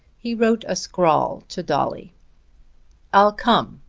he wrote a scrawl to dolly i'll come,